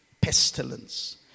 Pestilence